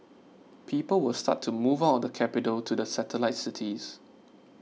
people will start to move out the capital to the satellite cities